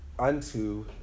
unto